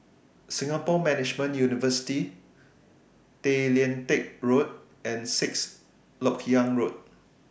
Singapore Management University Tay Lian Teck Road and Sixth Lok Yang Road